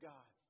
God